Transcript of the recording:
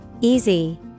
Easy